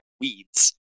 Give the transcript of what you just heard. weeds